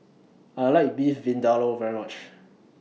I like Beef Vindaloo very much